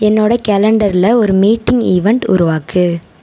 என்னோட கேலண்டரில் ஒரு மீட்டிங் ஈவென்ட் உருவாக்கு